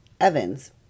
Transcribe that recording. Evans